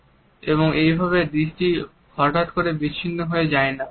সুতরাং এইভাবে দৃষ্টি হঠাৎ করে বিচ্ছিন্ন হয়ে যায় না